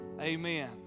amen